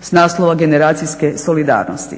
s naslova generacijske solidarnosti.